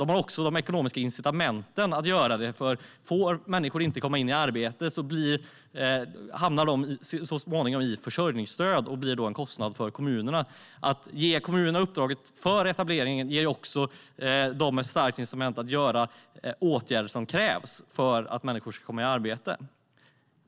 De har också de ekonomiska incitamenten för att göra det, för får människor inte komma i arbete hamnar de så småningom i försörjningsstöd och blir då en kostnad för kommunerna. Att ge kommunerna etableringsuppdraget ger dem också ett starkt incitament att vidta de åtgärder som krävs för att människor ska komma i arbete.